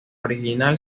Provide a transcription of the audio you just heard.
original